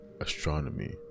astronomy